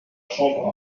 chambre